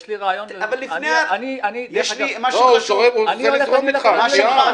יש לי רעיון איך לפתור את הבעיה.